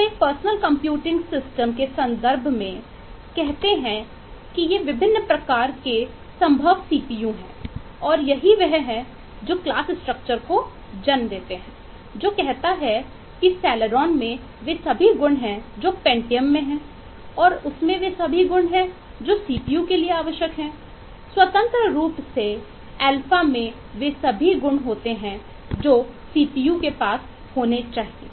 तो एक personal computing system के पास होना चाहिए